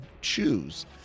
choose